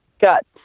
got